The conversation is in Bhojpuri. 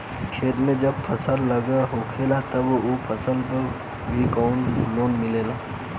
खेत में जब फसल लगल होले तब ओ फसल पर भी कौनो लोन मिलेला का?